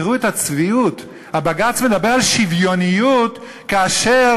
תראו את הצביעות: בג"ץ מדבר על שוויוניות כאשר